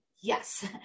Yes